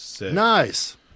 Nice